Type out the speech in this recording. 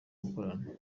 gukorana